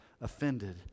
offended